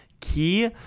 key